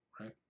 right